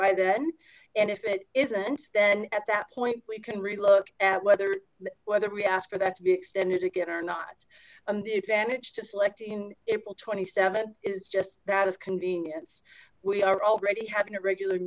by then and if it isn't then at that point we can relook at whether whether we asked for that to be extended again or not um the advantage to selecting april twenty seven is just that of convenience we are already having a regular